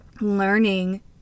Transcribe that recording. learning